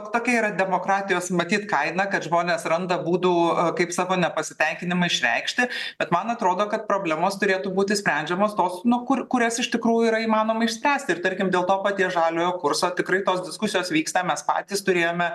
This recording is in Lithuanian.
tokia yra demokratijos matyt kaina kad žmonės randa būdų kaip savo nepasitenkinimą išreikšti bet man atrodo kad problemos turėtų būti sprendžiamos tos nuo kur kurias iš tikrųjų yra įmanoma išspręsti ir tarkim dėl to paties žaliojo kurso tikrai tos diskusijos vyksta mes patys turėjome